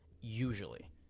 usually